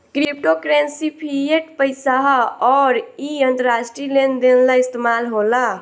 crypto currency fiat पईसा ह अउर इ अंतरराष्ट्रीय लेन देन ला इस्तमाल होला